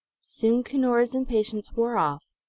soon cunora's impatience wore off,